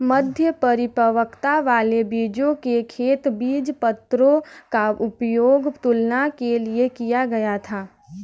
मध्य परिपक्वता वाले बीजों के खेत बीजपत्रों का उपयोग तुलना के लिए किया गया था